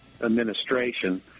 administration